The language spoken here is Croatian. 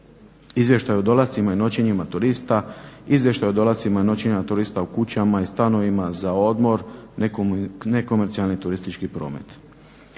izvještaj o dolascima i noćenjima turista u kućama i stanovima za odmor, nekomercijalni turistički promet,